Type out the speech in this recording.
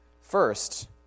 First